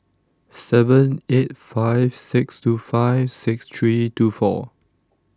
seven eight five six two five six three two four